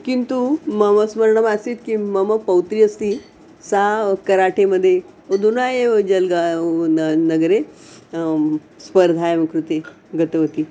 किन्तु मम स्मरणम् आसीत् किं मम पौत्री अस्ति सा कराठेमध्ये अधुना एव जल्गावनगरे स्पर्धायां कृते गतवती